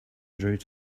through